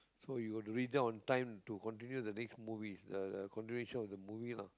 so you got to reach there on time to continue the next movies uh uh continuation of the movie lah